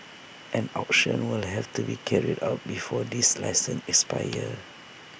an auction will have to be carried out before these licenses expire